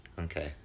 Okay